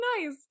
nice